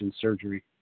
surgery